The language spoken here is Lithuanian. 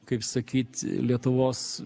kaip sakyt lietuvos